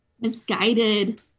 misguided